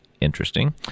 Interesting